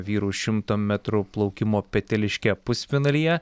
vyrų šimto metrų plaukimo peteliške pusfinalyje